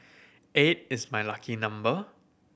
eight is my lucky number